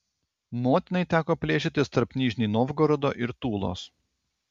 motinai teko plėšytis tarp nižnij novgorodo ir tulos